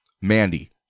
Mandy